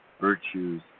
virtues